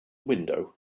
window